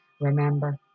Remember